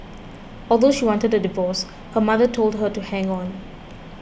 although she wanted a divorce her mother told her to hang on